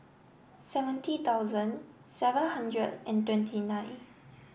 seventy thousand seven hundred and twenty nine